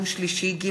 יום שלישי,